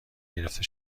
گرفته